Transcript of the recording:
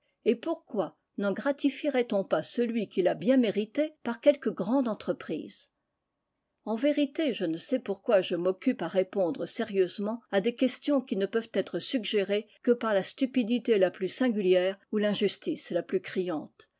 et pourquoi n'en gratifierait on pas celui qui l'a bien mérité par quelque grande entreprise en vérité je ne sais pourquoi je m'occupe à répondre sérieusement à des questions qui ne peuvent être suggérées que par la stupidité la plus singulière ou l'injustice la plus criante